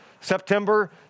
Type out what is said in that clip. September